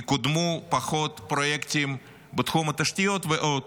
יקודמו פחות פרויקטים בתחום התשתיות ועוד.